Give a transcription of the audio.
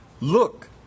Look